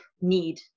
need